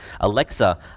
Alexa